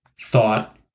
thought